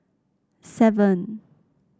seven